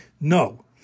No